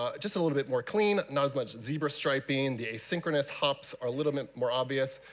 um just a little bit more clean. not as much zebra striping. the asynchronous hops are a little bit more obvious.